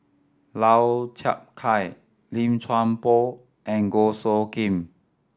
Lau Chiap Khai Lim Chuan Poh and Goh Soo Khim